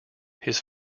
his